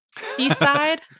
Seaside